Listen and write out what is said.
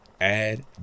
Add